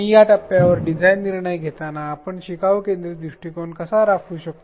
आणि या टप्प्यावर डिझाइन निर्णय घेताना आपण शिकवू केंद्रित दृष्टीकोन कसा राखू शकतो